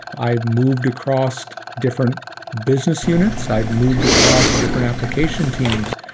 i've moved across different business units. i've moved across different application teams.